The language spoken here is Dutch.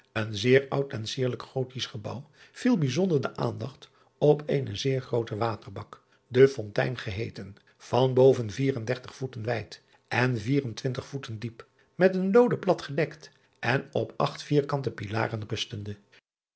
een zeer oud en sierlijk ottisch gebouw viel bijzonder de aandacht op eenen zeer grooten aterbak de ontein geheeten van boven vier en dertig voeten wijd en vier en twintig voeten diep met een looden plat gedekt en op acht vierkante pilaren rustende